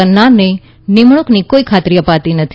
કરનારને નિમણૂંકની કોઈ ખાતરી અપાતી નથી